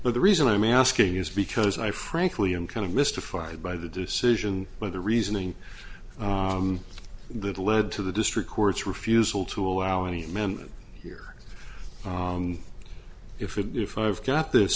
but the reason i'm asking is because i frankly i'm kind of mystified by the decision by the reasoning that led to the district court's refusal to allow any member here if if i've got this